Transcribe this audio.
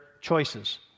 choices